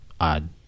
Odd